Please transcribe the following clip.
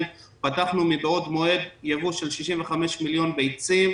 פתחנו מבעוד מועד ייבוא של 65 מיליון ביצים,